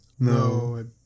No